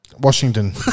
Washington